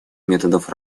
методов